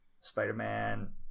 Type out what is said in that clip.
Spider-Man